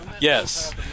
yes